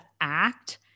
act